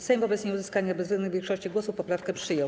Sejm wobec nieuzyskania bezwzględnej większości głosów poprawkę przyjął.